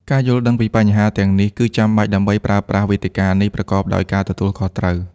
ការយល់ដឹងពីបញ្ហាទាំងនេះគឺចាំបាច់ដើម្បីប្រើប្រាស់វេទិកានេះប្រកបដោយការទទួលខុសត្រូវ។